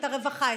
את הרווחה,